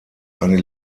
eine